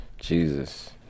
Jesus